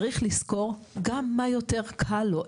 צריך לזכור גם מה יותר קל לו.